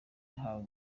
yahawe